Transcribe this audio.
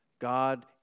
God